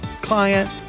client